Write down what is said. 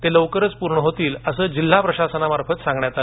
ते लवकरच पूर्ण होईल असं जिल्हा प्रशासनामार्फत सांगण्यात आलं